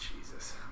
Jesus